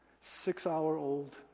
six-hour-old